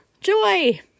joy